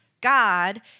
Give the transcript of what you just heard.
God